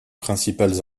principales